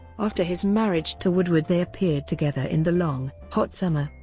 after his marriage to woodward they appeared together in the long, hot summer,